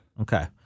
Okay